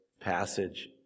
passage